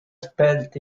spelt